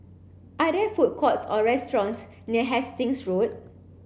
are there food courts or restaurants near Hastings Road